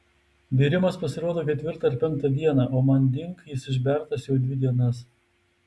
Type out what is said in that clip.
bėrimas pasirodo ketvirtą ar penktą dieną o manding jis išbertas jau dvi dienas